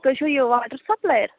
تُہۍ چھُو یہِ واٹَر سَپلایِر